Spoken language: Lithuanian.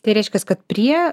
tai reiškias kad prie